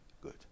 good